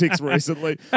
recently